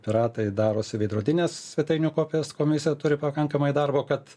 piratai darosi veidrodines svetainių kopijas komisija turi pakankamai darbo kad